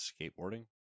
Skateboarding